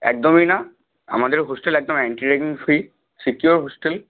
একদমই না আমাদের হোস্টেল একদম anti ragging free secure hostel